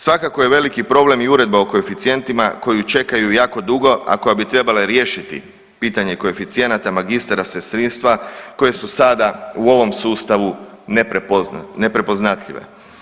Svakako je veliki problem i uredba o koeficijentima koju čekaju jako dugo, a koja bi trebala riješiti pitanje koeficijenata magistara sestrinstva koje su sada u ovom sustavu neprepoznate, neprepoznatljive.